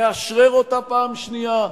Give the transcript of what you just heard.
נאשר אותה פעם שנייה.